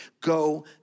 go